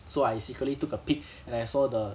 so I secretly took a peek and I saw the